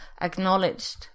acknowledged